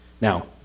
Now